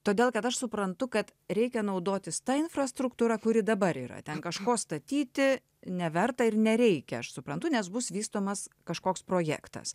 todėl kad aš suprantu kad reikia naudotis ta infrastruktūra kuri dabar yra ten kažko statyti neverta ir nereikia aš suprantu nes bus vystomas kažkoks projektas